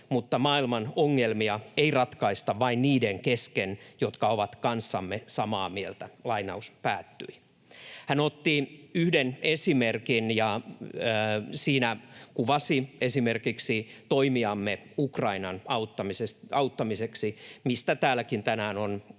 mutta maailman ongelmia ei ratkaista vain niiden kesken, jotka ovat kanssamme samaa mieltä.” Hän otti yhden esimerkin ja siinä kuvasi esimerkiksi toimiamme Ukrainan auttamiseksi, mistä täälläkin tänään on varsin